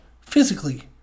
physically